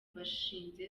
bashinze